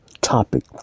topic